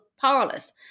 powerless